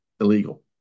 illegal